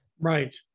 Right